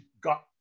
got